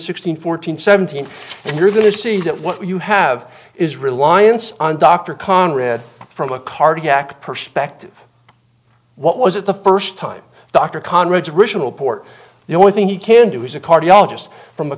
sixteen fourteen seventeen you're going to see that what you have is reliance on dr conrad from a cardiac perspective what was it the first time dr conrad's ritual port the only thing you can do is a cardiologist from a